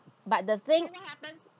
but the thing